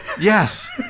Yes